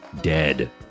dead